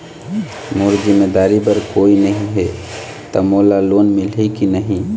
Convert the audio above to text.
मोर जिम्मेदारी बर कोई नहीं हे त मोला लोन मिलही की नहीं?